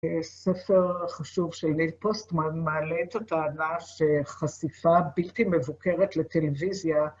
ספר חשוב של ניל פוסטמן מעלה את הטענה שחשיפה בלתי מבוקרת לטלוויזיה.